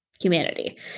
humanity